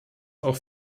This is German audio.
auch